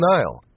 Nile